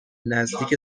نزدیک